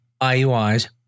IUIs